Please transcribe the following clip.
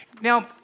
Now